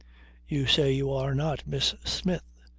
you say you are not miss smith.